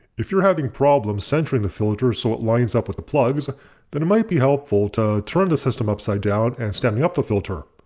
if you're having problems centering the filter so it lines up with the plugs then it might be helpful to turn the system upside down and standing up the filter.